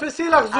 תתפסי לך זולה,